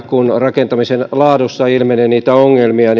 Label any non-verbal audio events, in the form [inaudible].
[unintelligible] kun rakentamisen laadussa ilmenee ongelmia [unintelligible]